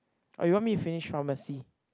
or you want me finish pharmacy